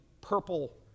purple